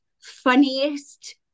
funniest